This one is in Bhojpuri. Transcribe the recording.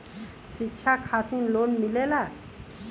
शिक्षा खातिन लोन मिलेला?